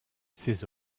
ses